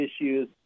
issues